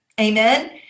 Amen